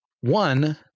one